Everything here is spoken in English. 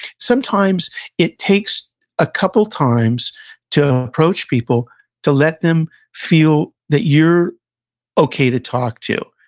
sometimes it takes a couple times to approach people, to let them feel that you're okay to talk to.